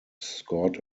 scored